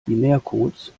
binärcodes